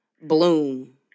bloom